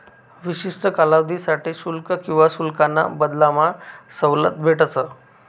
विशिष्ठ कालावधीसाठे शुल्क किवा शुल्काना बदलामा सवलत भेटस